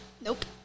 Nope